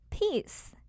peace